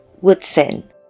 Woodson